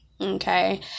okay